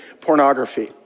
pornography